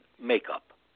makeup